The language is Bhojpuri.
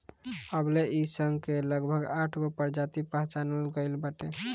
अबले इ साग के लगभग साठगो प्रजाति पहचानल गइल बाटे